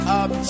up